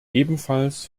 ebenfalls